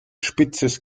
spitzes